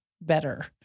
better